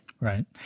Right